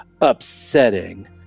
upsetting